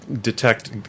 detect